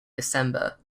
december